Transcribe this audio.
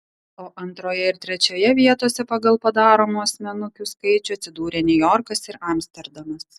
o antroje ir trečioje vietose pagal padaromų asmenukių skaičių atsidūrė niujorkas ir amsterdamas